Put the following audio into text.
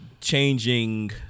changing